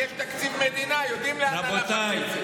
יש תקציב מדינה, יודעים לאן הלך הכסף.